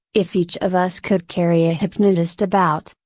if each of us could carry a hypnotist about,